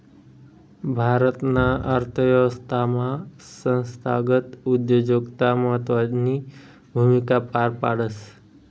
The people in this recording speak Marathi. भारताना अर्थव्यवस्थामा संस्थागत उद्योजकता महत्वनी भूमिका पार पाडस